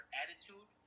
attitude